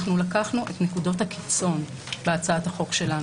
לקחנו את נקודות הקיצון בהצעת החוק שלנו,